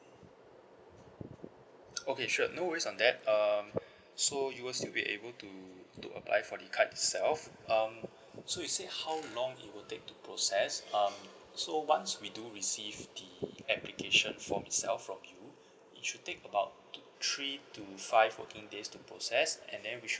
okay sure no worries on that uh so you will still be able to to apply for the card itself um so you said how long it will take to process um so once we do receive the application form itself from you it should take about to three to five working days to process and then we should